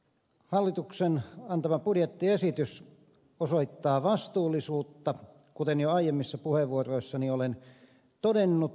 hallituksen antama budjettiesitys osoittaa vastuullisuutta kuten jo aiemmissa puheenvuoroissani olen todennut